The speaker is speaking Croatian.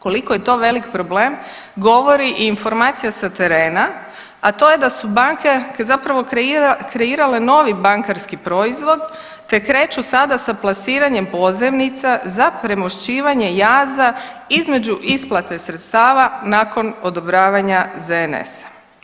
Koliko je to velik problem govori i informacija sa terena, a to je da su banke zapravo kreirale novi bankarski proizvod te kreću sada sa plasiranjem pozivnica za premošćivanje jaza između isplate sredstava nakon odobravanja ZNS-a.